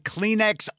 Kleenex